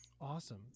Awesome